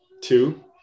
Two